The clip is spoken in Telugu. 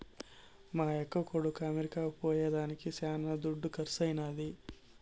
మా యక్క కొడుకు అమెరికా పోయేదానికి శానా దుడ్డు కర్సైనాది